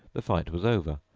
the fight was over,